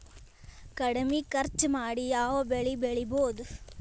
ಕಡಮಿ ಖರ್ಚ ಮಾಡಿ ಯಾವ್ ಬೆಳಿ ಬೆಳಿಬೋದ್?